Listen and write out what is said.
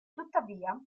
tuttavia